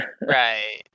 Right